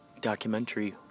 documentary